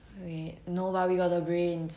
wait no but we got the brains